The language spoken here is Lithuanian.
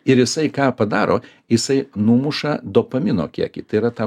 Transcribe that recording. ir jisai ką padaro jisai numuša dopamino kiekį tai yra ta